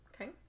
Okay